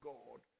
God